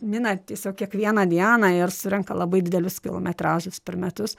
mina tiesiog kiekvieną dieną ir surenka labai didelius kilometražus per metus